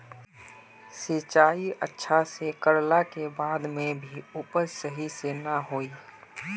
सिंचाई अच्छा से कर ला के बाद में भी उपज सही से ना होय?